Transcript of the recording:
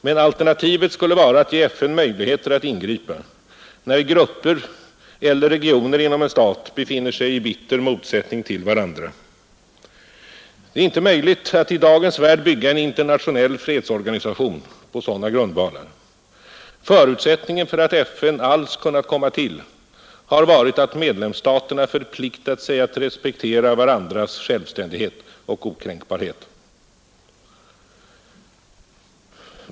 Men alternativet skulle vara att ge FN möjligheter att ingripa, när grupper eller regioner inom en stat befinner sig i bitter motsättning till varandra, Det är inte möjligt att i dagens värld bygga en internationell fredsorganisation på sådana grundvalar. Förutsättningen för att FN alls kunnat komma till har varit att medlemsstaterna förpliktar sig att respektera varandras självständighet och okränkbarhet.